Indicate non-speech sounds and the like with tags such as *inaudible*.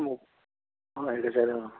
*unintelligible*